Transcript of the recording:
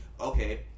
okay